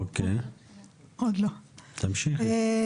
אוקיי, תמשיכי.